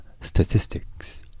statistics